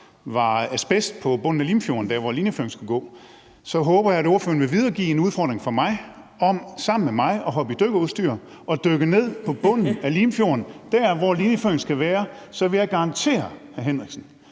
var asbest på bunden af Limfjorden der, hvor linjeføringen skal gå. Så håber jeg, at ordføreren vil videregive en udfordring fra mig om sammen med mig at hoppe i dykkerudstyr og dykke ned på bunden af Limfjorden der, hvor linjeføringen skal være. Så vil jeg garantere hr. Preben